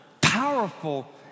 powerful